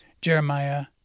Jeremiah